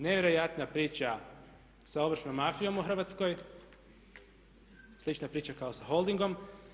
Nevjerojatna priča sa ovršnom mafijom u Hrvatskoj, slična priča kao sa Holdingom.